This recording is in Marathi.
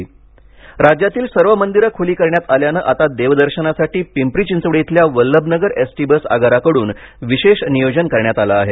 मंदिर राज्यातील सर्व मंदिरं खुली करण्यात आल्यानं आता देवदर्शनासाठी पिंपरी चिंचवड इथल्या वल्लभनगर एस टी बस आगाराकडून विशेष नियोजन करण्यात आलं आहे